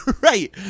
Right